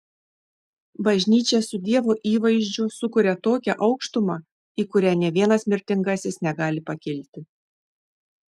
bažnyčia su dievo įvaizdžiu sukuria tokią aukštumą į kurią nė vienas mirtingasis negali pakilti